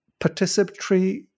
participatory